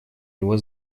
его